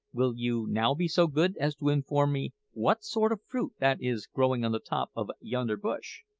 will you now be so good as to inform me what sort of fruit that is growing on the top of yonder bush?